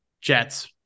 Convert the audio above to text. Jets